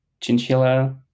chinchilla